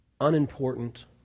unimportant